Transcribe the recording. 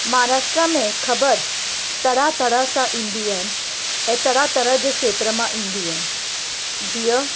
महाराष्ट्रा में ख़बर तरह तरह सां ईंदी आहे ऐं तरह तरह जा क्षेत्र मां ईंदी आहे जीअं